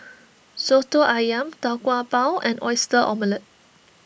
Soto Ayam Tau Kwa Pau and Oyster Omelette